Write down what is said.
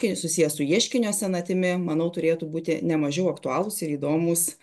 kai susiję su ieškinio senatimi manau turėtų būti ne mažiau aktualūs ir įdomūs